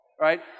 right